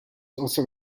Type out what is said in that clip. also